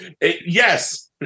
Yes